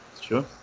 Sure